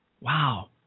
Wow